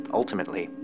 ultimately